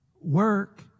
Work